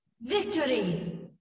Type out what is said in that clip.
Victory